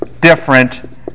different